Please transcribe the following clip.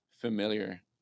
familiar